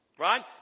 Right